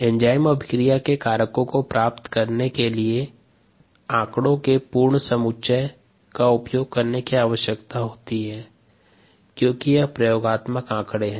enzyme अभिक्रिया के कारकों को प्राप्त करने के लिए आंकड़ो के पूर्ण समुच्चय का उपयोग करने की आवश्यकता होती है क्योंकि यह प्रयोगात्मक आकंड़े है